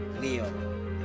Leo